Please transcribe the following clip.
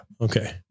Okay